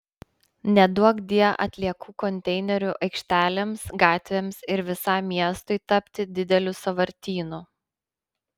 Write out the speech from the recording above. neduokdie atliekų konteinerių aikštelėms gatvėms ir visam miestui tapti dideliu sąvartynu